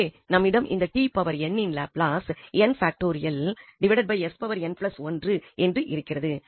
எனவே நம்மிடம் இந்த இன் லாப்லாஸ் என்று இருக்கிறது